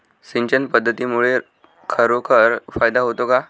सिंचन पद्धतीमुळे खरोखर फायदा होतो का?